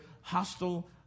hostile